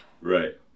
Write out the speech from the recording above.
Right